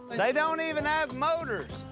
they don't even have motors.